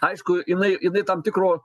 aišku jinai jinai tam tikro